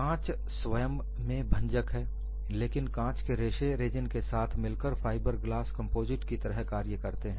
कांच स्वयं में भंजक है लेकिन कांच के रेशे रेजिन के साथ मिलकर फाइबरग्लास कम्पोजिट की तरह कार्य करते हैं